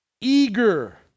eager